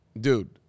dude